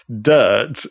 dirt